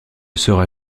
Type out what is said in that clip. sera